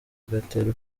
agatera